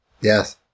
Yes